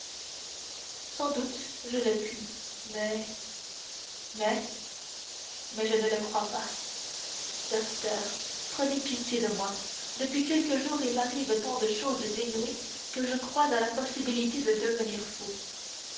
sans doute je le puis mais mais mais je ne le crois pas docteur prenez pitié de moi depuis quelques jours il m'arrive tant de choses inouïes que je crois à la possibilité de devenir fou